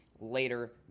later